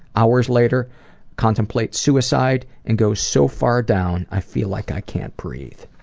hours later contemplate suicide and go so far down i feel like i can't breathe.